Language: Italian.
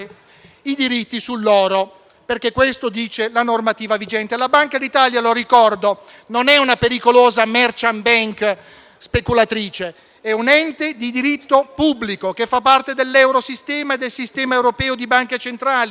i diritti sull'oro. È questo che dice la normativa vigente. La Banca d'Italia - lo ricordo - non è una pericolosa *merchant* *bank* speculatrice, è un ente di diritto pubblico che fa parte dell'eurosistema e del Sistema europeo di banche centrali.